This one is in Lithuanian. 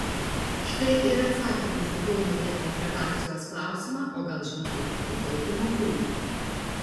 štai ir atsakymas į kauno dienos redakcijos klausimą o gal žinote kitų taupymo būdų